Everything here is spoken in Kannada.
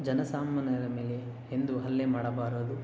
ಜನ ಸಾಮಾನ್ಯರ ಮೇಲೆ ಎಂದು ಹಲ್ಲೆ ಮಾಡಬಾರದು